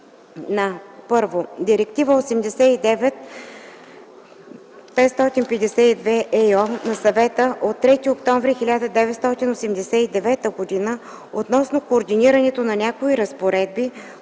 1. Директива 89/552/ЕИО на Съвета от 3 октомври 1989 г. относно координирането на някои разпоредби,